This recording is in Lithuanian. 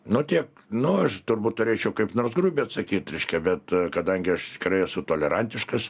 nu tiek nu aš turbūt turėčiau kaip nors grubiai atsakyt reiškia bet kadangi aš tikrai esu tolerantiškas